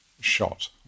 shot